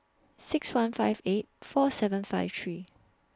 six one five eight four seven five three